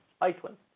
Iceland